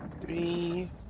Three